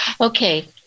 Okay